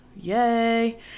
yay